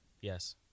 Yes